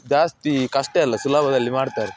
ಜಾಸ್ತಿ ಕಷ್ಟಇಲ್ಲ ಸುಲಭದಲ್ಲಿ ಮಾಡ್ತಾರೆ